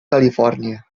califòrnia